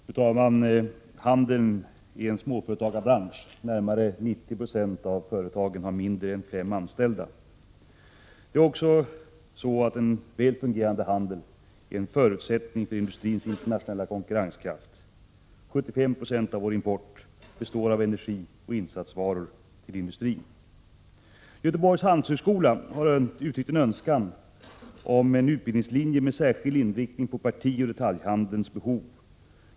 Fru talman! Handeln är en småföretagarbransch. Närmare 90 96 av företagen har mindre än fem anställda. En väl fungerande handel är också en förutsättning för industrins internationella konkurrenskraft. 75 20 av vår import består av energi och insatsvaror till industrin. Göteborgs handelshögskola har uttryckt en önskan om en utbildningslinje med särskild inriktning på partioch detaljhandelns behov.